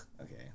okay